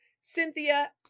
Cynthia